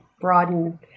broaden